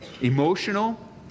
emotional